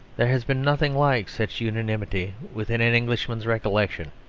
there has been nothing like such unanimity within an englishman's recollection.